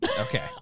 Okay